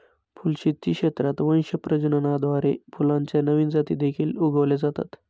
फुलशेती क्षेत्रात वंश प्रजननाद्वारे फुलांच्या नवीन जाती देखील उगवल्या जातात